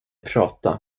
prata